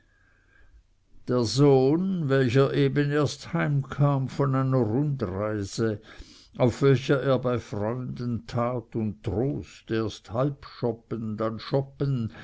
der sohn welcher eben erst heimkam von einer rundreise auf welcher er bei freunden rat und trost erst halbschoppen dann schoppen